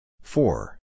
Four